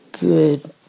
good